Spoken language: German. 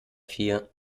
vier